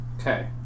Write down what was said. Okay